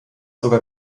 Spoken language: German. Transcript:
sogar